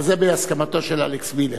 וזה בהסכמתו של אלכס מילר.